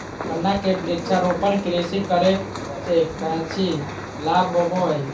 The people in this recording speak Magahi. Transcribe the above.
गन्ना के वृक्षारोपण कृषि करे से कौची लाभ होबो हइ?